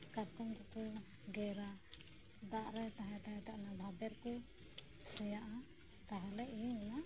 ᱠᱟᱴᱠᱚᱢ ᱠᱩᱠᱩ ᱜᱮᱨᱟ ᱫᱟᱜᱨᱮ ᱛᱟᱦᱮᱸ ᱛᱟᱦᱮᱸ ᱛᱮ ᱚᱱᱟ ᱵᱟᱵᱮᱨᱠᱩ ᱥᱮᱭᱟᱜᱼᱟ ᱛᱟᱦᱚᱞᱮ ᱤᱧ ᱤᱧᱟᱜ